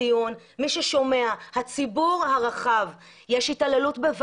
לציבור הרחב ולכל מי ששומע אני רוצה להגיד שאם יש התעללות בבעלי